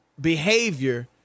behavior